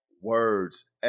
words